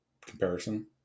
comparison